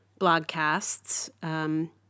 blogcasts